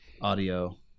audio